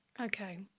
Okay